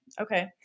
okay